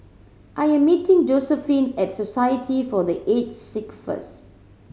I am meeting Josephine at Society for The Age Sick first